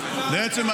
הצפון?